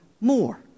more